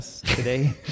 today